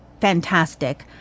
fantastic